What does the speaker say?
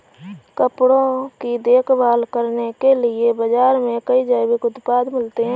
कपड़ों की देखभाल करने के लिए भी बाज़ार में कई जैविक उत्पाद मिलते हैं